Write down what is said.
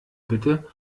bitte